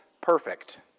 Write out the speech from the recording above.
perfect